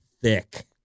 thick